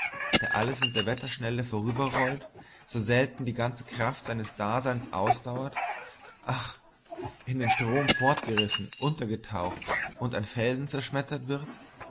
da alles mit der wetterschnelle vorüberrollt so selten die ganze kraft seines daseins ausdauert ach in den strom fortgerissen untergetaucht und an felsen zerschmettert wird